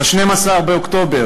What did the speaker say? ב-10 באוקטובר,